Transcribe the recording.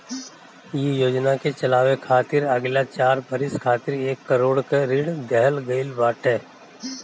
इ योजना के चलावे खातिर अगिला चार बरिस खातिर एक करोड़ कअ ऋण देहल गईल बाटे